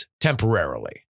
temporarily